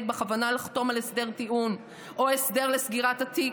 על כוונה לחתום על הסדר טיעון או הסדר לסגירת התיק.